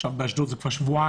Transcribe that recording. עכשיו באשדוד זה כבר שבועיים.